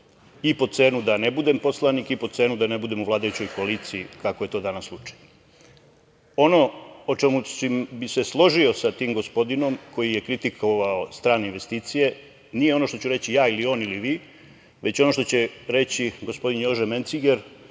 i po cenu da ne budem poslanik i po cenu da ne budem u vladajućoj koaliciji, kako je to danas slučaj. Ono o čemu bih se složio sa tim gospodinom koji je kritikovao strane investicije nije ono što ću reći ja ili on ili vi, već ono što će reći gospodin Jože Menciger,